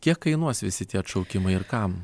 kiek kainuos visi tie atšaukimai ir kam